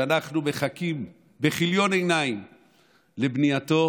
שאנחנו מחכים בכיליון עיניים לבנייתו,